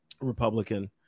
Republican